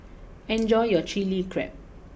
enjoy your Chili Crab